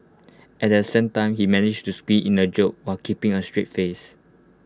and at the same time he managed to squeeze in A joke while keeping A straight face